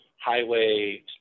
highway